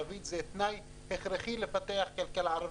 באוכלוסייה הערבית זה תנאי הכרחי לפתח כלכלה ערבית,